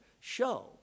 show